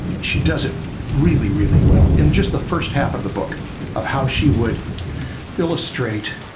she does it really, really well, in just the first half of the book of how she would illustrate